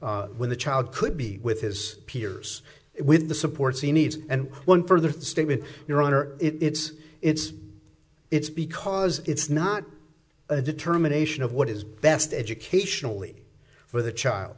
be when the child could be with his peers with the supports he needs and one further statement your honor it's it's it's because it's not a determination of what is best educationally for the child